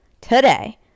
today